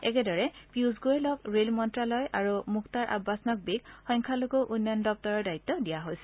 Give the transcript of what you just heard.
একেদৰে পীয়ুষ গোৱেলক ৰেল মন্ত্যালয় আৰু মুখতাৰ আববাচ নাকবিক সংখ্যালঘু উন্নয়ন দপ্তৰৰ দায়িত্ব দিয়া হৈছে